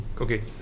Okay